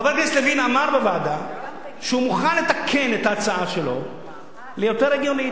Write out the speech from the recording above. חבר כנסת לוין אמר בוועדה שהוא מוכן לתקן את ההצעה שלו ליותר הגיונית.